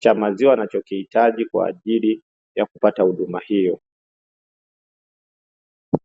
cha maziwa anachokihitaji kwa ajili ya kupata huduma hiyo.